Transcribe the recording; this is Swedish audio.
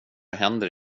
händer